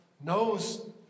knows